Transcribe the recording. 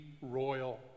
royal